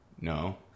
No